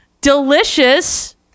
Delicious